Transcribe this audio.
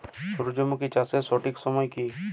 সূর্যমুখী চাষের সঠিক সময় কি?